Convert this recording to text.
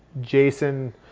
Jason